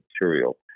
material